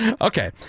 Okay